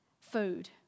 food